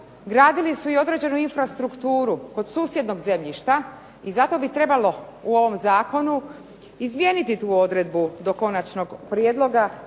gradili su i određenu infrastrukturu kod susjednog zemljišta i zato bi trebalo u ovom zakonu izmijeniti tu odredbu do konačnog prijedloga